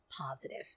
positive